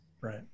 right